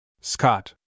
Scott